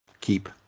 Keep